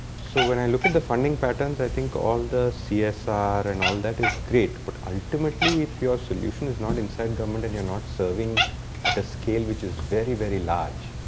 so when i look at the funding patterns, i think all the csr and all that is great, but ultimately if your solution is not inside government and you're not serving at a scale which is very very large,